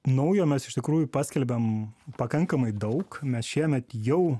naujo mes iš tikrųjų paskelbiam pakankamai daug mes šiemet jau